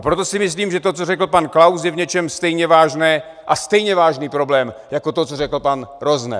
Proto si myslím, že to, co řekl pan Klaus, je v něčem stejně vážné a stejně vážný problém jako to, co řekl pan Rozner.